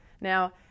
now